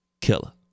Killer